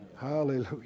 Hallelujah